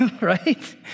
right